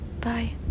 Bye